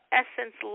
essence